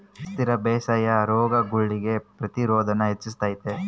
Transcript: ಸುಸ್ಥಿರ ಬೇಸಾಯಾ ರೋಗಗುಳ್ಗೆ ಪ್ರತಿರೋಧಾನ ಹೆಚ್ಚಿಸ್ತತೆ